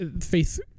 faith